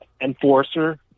enforcer